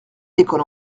l’école